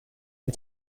you